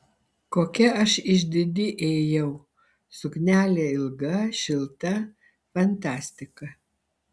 kokia aš išdidi ėjau suknelė ilga šilta fantastika